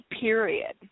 period